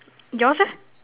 yours eh